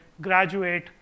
graduate